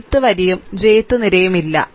Ith വരിയും jth നിരയും ഇല്ല